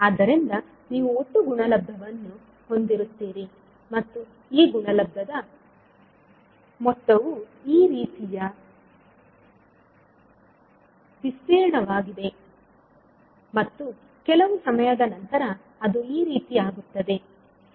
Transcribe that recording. ಆದ್ದರಿಂದ ನೀವು ಒಟ್ಟು ಗುಣಲಬ್ಧವನ್ನು ಹೊಂದಿರುತ್ತೀರಿ ಮತ್ತು ಈ ಗುಣಲಬ್ಧದ ಮೊತ್ತವು ಈ ರೀತಿಯ ವಿಸ್ತೀರ್ಣವಾಗಿದೆ ಮತ್ತು ಕೆಲವು ಸಮಯದ ನಂತರ ಅದು ಈ ರೀತಿ ಆಗುತ್ತದೆ ಸರಿ